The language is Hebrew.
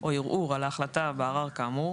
או ערעור על ההחלטה בערר כאמור,